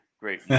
Great